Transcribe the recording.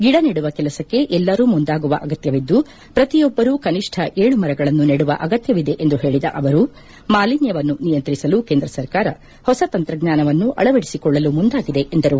ಗಿಡ ನೆಡುವ ಕೆಲಸಕ್ಕೆ ಎಲ್ಲರೂ ಮುಂದಾಗುವ ಅಗತ್ಯವಿದ್ದು ಪ್ರತಿಯೊಬ್ಬರೂ ಕನಿಷ್ಠ ಏಳು ಮರಗಳನ್ನು ನೆಡುವ ಅಗತ್ಯವಿದೆ ಎಂದು ಹೇಳಿದ ಅವರು ಮಾಲಿನ್ನವನ್ನು ನಿಯಂತ್ರಿಸಲು ಕೇಂದ್ರ ಸರ್ಕಾರ ಹೊಸ ತಂತ್ರಜ್ಞಾನವನ್ನು ಅಳವಡಿಸಿಕೊಳ್ಳಲು ಮುಂದಾಗಿದೆ ಎಂದರು